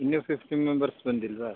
ಇನ್ನೂ fifty members ಬಂದಿಲ್ವಾ